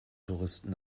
touristen